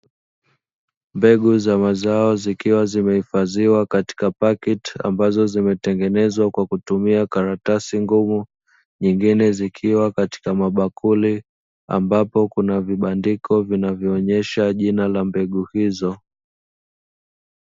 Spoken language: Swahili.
Mbegu za mazao zikiwa zimehifadhiwa katika paketi ambazo zimetengenezwa kwa kutumia karatasi ngumu, nyingine zikiwa katika mabakuli ambapo kuna vibandiko vinavyoonyesha jina la mbegu hizo.